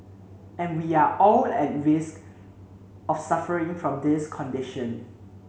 and we all are at risk of suffering from this condition